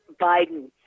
Biden